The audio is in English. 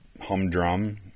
humdrum